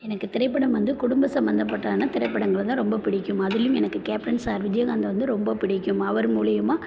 எனக்கு திரைப்படம் வந்து குடும்ப சம்பந்தப்பட்ட ஆன திரைப்படங்கள் தான் ரொம்ப பிடிக்கும் அதிலும் எனக்கு கேப்டன் சார் விஜயகாந்த்த வந்து ரொம்ப பிடிக்கும் அவர் மூலியமாக